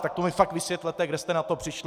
Tak to mi fakt vysvětlete, kde jste na to přišli.